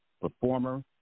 performer